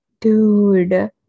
Dude